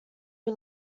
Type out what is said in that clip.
who